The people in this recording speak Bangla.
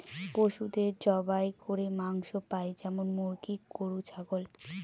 পশুদের জবাই করে মাংস পাই যেমন মুরগি, গরু, ছাগল